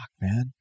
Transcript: man